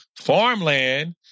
farmland